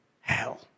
hell